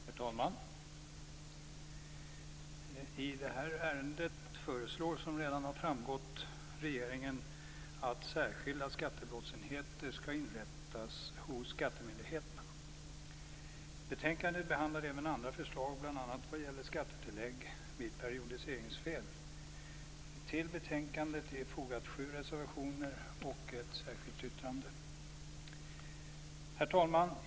Herr talman! I det här ärendet föreslår, som redan har framgått, regeringen att särskilda skattebrottsenheter skall inrättas hos skattemyndigheterna. Betänkandet behandlar även andra förslag, bl.a. vad gäller skattetillägg vid periodiseringsfel. Till betänkandet är fogat sju reservationer och ett särskilt yttrande. Herr talman!